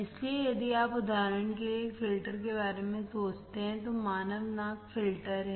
इसलिए यदि आप उदाहरण के लिए एक फिल्टर के बारे में सोचते हैं तो मानव नाक फिल्टर है